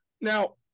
now